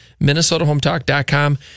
minnesotahometalk.com